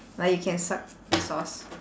like you can suck the sauce